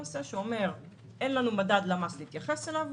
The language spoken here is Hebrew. שאומר: אין לנו מדד למ"ס להתייחס אליו,